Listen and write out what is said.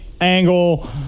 angle